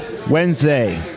Wednesday